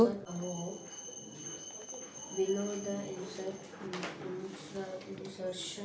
ಬಂಗಾರದ ಮೇಲೆ ಸಾಲ ಹೆಂಗ ಪಡಿಬೇಕು?